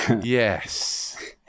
Yes